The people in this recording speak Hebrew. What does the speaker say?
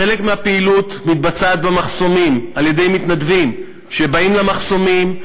חלק מהפעילות מתבצעת במחסומים על-ידי מתנדבים שבאים למחסומים,